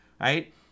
right